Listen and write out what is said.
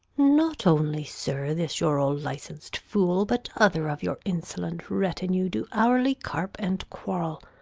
not only, sir, this your all-licens'd fool, but other of your insolent retinue do hourly carp and quarrel,